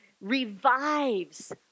revives